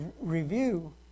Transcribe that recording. review